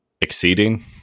exceeding